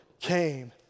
came